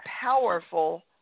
powerful